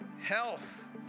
health